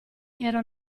era